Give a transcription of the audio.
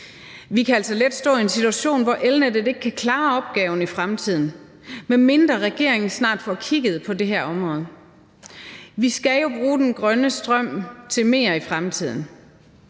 Vi kan altså let i fremtiden stå i en situation, hvor elnettet ikke kan klare opgaven, medmindre regeringen snart får kigget på det her område. Vi skal jo bruge den grønne strøm til mere i fremtiden.